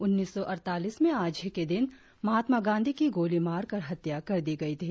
उन्नीस सौ अड़तालीस में आज ही के दिन महात्मा गांधी की गोली मारकर हत्या कर दी गई थी